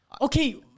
Okay